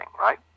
right